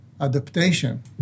adaptation